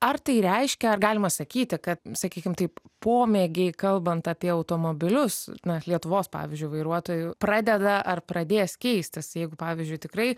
ar tai reiškia ar galima sakyti kad sakykim taip pomėgiai kalbant apie automobilius na lietuvos pavyzdžiui vairuotojų pradeda ar pradės keistis jeigu pavyzdžiui tikrai